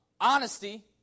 honesty